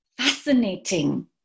fascinating